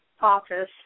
office